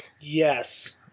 Yes